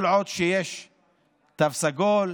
כל עוד יש תו סגול,